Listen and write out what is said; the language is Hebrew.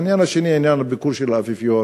העניין השני הוא ביקור האפיפיור.